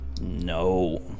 No